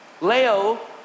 Leo